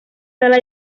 sala